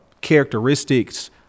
characteristics